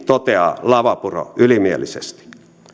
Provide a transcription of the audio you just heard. toteaa lavapuro ylimielisesti